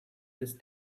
this